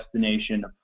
destination